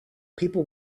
people